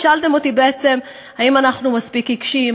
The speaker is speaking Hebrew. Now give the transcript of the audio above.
שאלתם אותי בעצם האם אנחנו מספיק עיקשים,